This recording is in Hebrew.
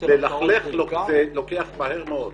ללכלך לוקח מהר מאוד,